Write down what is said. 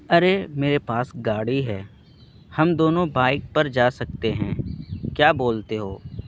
ارے میرے پاس گاڑی ہے ہم دونوں بائک پر جا سکتے ہیں کیا بولتے ہو